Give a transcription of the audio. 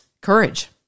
courage